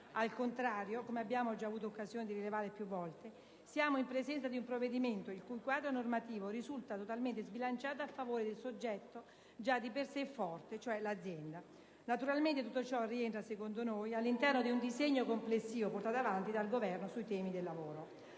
Al contrario, come abbiamo già avuto occasione di rilevare più volte, siamo in presenza di un provvedimento il cui quadro normativo risulta totalmente sbilanciato a favore del soggetto già di per se forte, cioè l'azienda. Naturalmente tutto ciò rientra coerentemente all'interno di un disegno complessivo portato avanti dal Governo sui temi del lavoro.